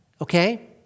Okay